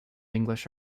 english